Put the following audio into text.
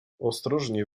ostrożnie